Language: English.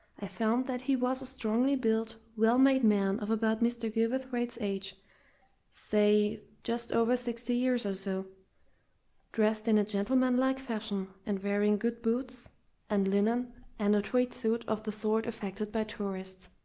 i found that he was a strongly built, well-made man of about mr. gilverthwaite's age say, just over sixty years or so dressed in a gentlemanlike fashion, and wearing good boots and linen and a tweed suit of the sort affected by tourists.